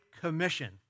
commission